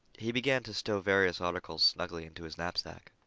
he began to stow various articles snugly into his knapsack.